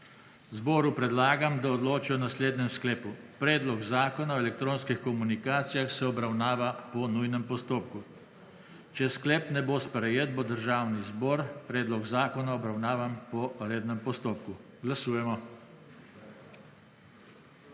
Zboru predlagam, da odločajo o naslednjem sklepu: »Predlog Zakona o elektronskih komunikacijah se obravnava po nujnem postopku.«. Če sklep ne bo sprejet bo Državni zbor predlog zakona obravnavan po rednem postopku. Glasujemo.